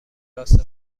راست